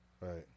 Right